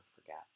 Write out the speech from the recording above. forget